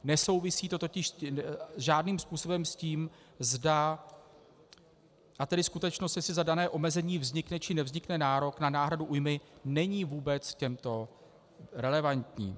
Nesouvisí to totiž žádným způsobem s tím, zda... a tedy skutečnost, jestli za dané omezení vznikne, či nevznikne nárok na náhradu újmy, není vůbec relevantní.